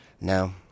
No